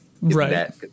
right